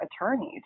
attorneys